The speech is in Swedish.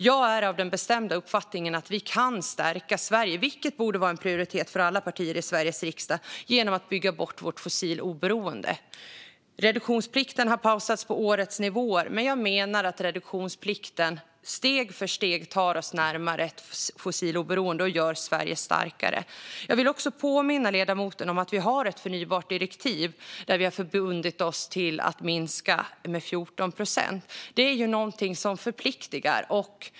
Jag är av den bestämda uppfattningen att vi kan stärka Sverige, vilket borde vara en prioritet för alla partier i Sveriges riksdag, genom att bygga bort vårt fossilberoende. Reduktionsplikten har pausats på årets nivåer, men jag menar att reduktionsplikten steg för steg tar oss närmare ett fossiloberoende och gör Sverige starkare. Jag vill också påminna ledamoten om att vi har ett förnybarhetsdirektiv där vi har förbundit oss till att ha minst 14 procent från förnybara källor. Det är någonting som förpliktar.